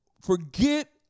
forget